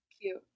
cute